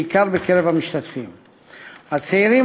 בעיקר בקרב המשתמשים הצעירים,